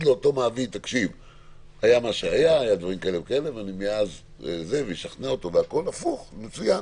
למעביד: היה כך וכך וישכנע אותו מצוין,